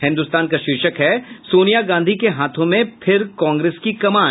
हिन्दुस्तान का शीर्षक है सोनिया गांधी के हाथों में फिर कांग्रेस की कमान